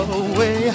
away